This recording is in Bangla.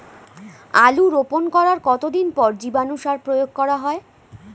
আলু রোপণ করার কতদিন পর জীবাণু সার প্রয়োগ করা হয়?